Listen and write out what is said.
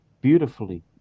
beautifully